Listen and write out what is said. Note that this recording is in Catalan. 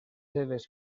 seves